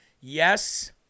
Yes